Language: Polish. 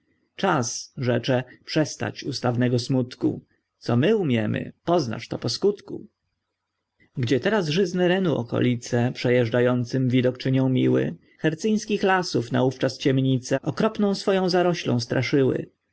czas rzecze przestać ustawnego smutku co my umiemy poznasz to po skutku gdzie teraz żyzne renu okolice przejeżdżającym widok czynią miły hercyńskich lasów naówczas ciemnice okropną swoją zaroślą straszyły